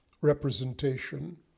representation